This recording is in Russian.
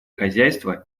хозяйство